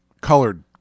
colored